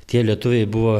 tie lietuviai buvo